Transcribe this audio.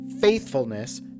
faithfulness